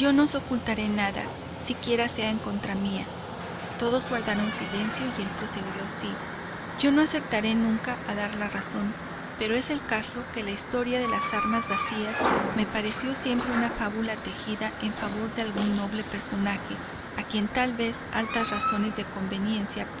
os ocultare nada si quiera sea en contra mía todos guardaban silencio y el prosiguió así yo no acertaré nunca a dar la razón pero es le caso que la historia de las armas vacías me pareció siempre una fábula tejida en favor de algún noble personaje a quien tal vez altas razones de conveniencia